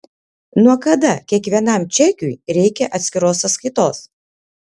nuo kada kiekvienam čekiui reikia atskiros sąskaitos